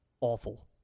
awful